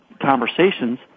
conversations